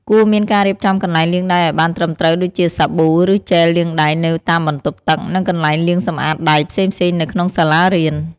គួរមានការរៀបចំកន្លែងលាងដៃឲ្យបានត្រឹមត្រូវដូចជា សាប៊ូ ឬជែលលាងដៃនៅតាមបន្ទប់ទឹក និងកន្លែងលាងសម្អាតដៃផ្សេងៗនៅក្នុងសាលារៀន។